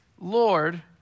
Lord